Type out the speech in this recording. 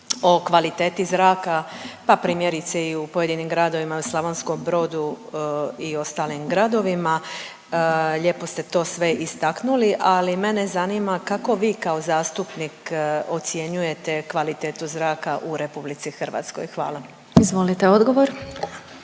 o kvaliteti zraka, pa primjerice i u pojedinim gradovima, Slavonskom Brodu i ostalim gradovima, lijepo ste to sve istaknuli, ali mene zanima kako vi kao zastupnik ocjenjujete kvalitetu zraka u RH? Hvala. **Glasovac,